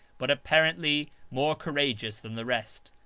but apparently more courageous than the rest,